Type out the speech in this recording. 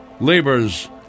labors